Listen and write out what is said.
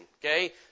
Okay